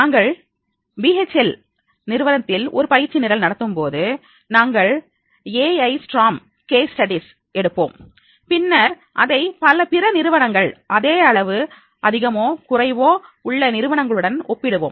நாங்கள் பிஹெச்இஎல் நிறுவனத்தில் ஒரு பயிற்சி நிரல் நடத்தும்போது நாங்கள் ஏஐ ஸ்ட்ராம் கேஸ் ஸ்டடீஸ் எடுப்போம் பின்னர் அதை பிற நிறுவனங்கள் இதே அளவு அதிகமோ குறைவோ உள்ள நிறுவனங்களுடன் ஒப்பிடுவோம்